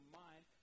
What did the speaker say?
mind